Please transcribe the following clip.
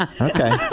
Okay